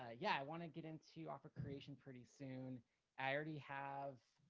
ah yeah, i want to get into offer creation pretty soon i already have,